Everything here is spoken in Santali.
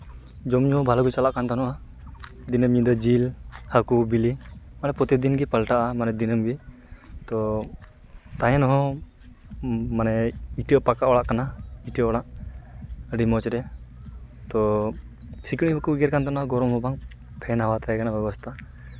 ᱡᱚᱢ ᱧᱩ ᱦᱚᱸ ᱵᱷᱟᱞᱮ ᱜᱮ ᱪᱟᱞᱟᱜ ᱠᱟᱱ ᱛᱟᱦᱮᱱᱟ ᱫᱤᱱᱟᱹᱢ ᱧᱤᱫᱟᱹ ᱡᱤᱞ ᱦᱟᱹᱠᱩ ᱵᱤᱞᱤ ᱢᱟᱱᱮ ᱯᱨᱚᱛᱤᱫᱤᱱ ᱜᱮ ᱯᱟᱞᱴᱟᱜᱼᱟ ᱫᱤᱱᱟᱹᱢ ᱜᱮ ᱛᱚ ᱛᱟᱦᱮᱱ ᱦᱚᱸ ᱤᱴᱟᱹ ᱯᱟᱠᱟ ᱚᱲᱟᱜ ᱠᱟᱱᱟ ᱤᱴᱟᱹ ᱚᱲᱟᱜ ᱟᱹᱰᱤ ᱢᱚᱡᱽ ᱜᱮ ᱛᱚ ᱥᱤᱠᱲᱤᱡ ᱦᱚᱸ ᱵᱟᱠᱚ ᱜᱮᱜᱮᱨ ᱠᱟᱱ ᱛᱟᱦᱮᱱᱟ ᱜᱚᱨᱚᱢ ᱦᱚᱸᱵᱟᱝ ᱯᱷᱮᱱ ᱦᱟᱣᱟ ᱛᱟᱦᱮᱸ ᱠᱟᱱᱟ ᱵᱮᱵᱚᱥᱛᱷᱟ